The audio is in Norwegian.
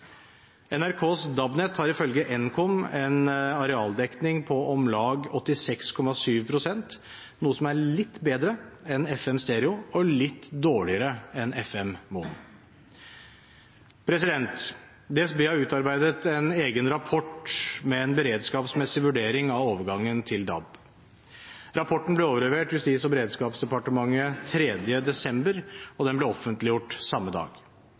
NRKs DAB-nett har ifølge Nkom en arealdekning på om lag 86,7 pst., noe som er litt bedre enn FM stereo og litt dårligere FM mono. DSB har utarbeidet en egen rapport med en beredskapsmessig vurdering av overgangen til DAB. Rapporten ble overlevert Justis- og beredskapsdepartementet den 3. desember, og den ble offentliggjort samme dag.